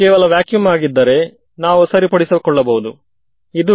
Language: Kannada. ಲೆಕ್ಕದಲ್ಲಿ ಅದು ನನ್ನ ಸರಿಯಾದ ವೇರಿಯಬಲ್